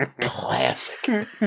Classic